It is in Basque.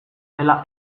dela